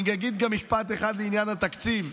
אני אגיד גם משפט אחד לעניין התקציב,